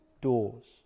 doors